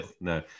no